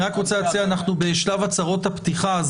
אנחנו בשלב הצהרות הפתיחה,